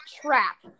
trap